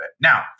Now